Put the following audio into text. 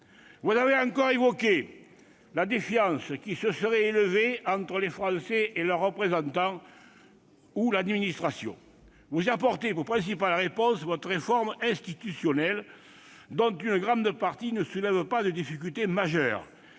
Vous avez encore évoqué la défiance qui se serait accentuée entre les Français et leurs représentants ou l'administration. Vous y apportez comme principale réponse votre réforme institutionnelle, dont l'essentiel ne soulève pas de difficultés majeures.